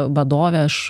vadove aš